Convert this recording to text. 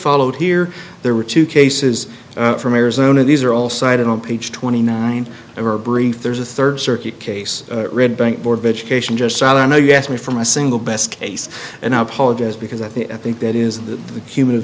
followed here there were two cases from arizona these are all cited on page twenty nine of our brief there's a third circuit case writ bank board of education just sad i know you asked me for my single best case and i apologize because i think i think that is the human